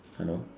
hello